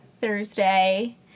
Thursday